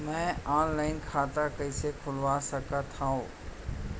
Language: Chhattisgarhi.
मैं ऑनलाइन खाता कइसे खुलवा सकत हव?